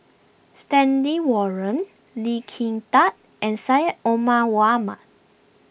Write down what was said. Stanley Warren Lee Kin Tat and Syed Omar Mohamed